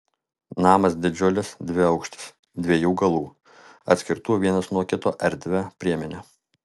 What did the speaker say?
namas didžiulis dviaukštis dviejų galų atskirtų vienas nuo kito erdvia priemene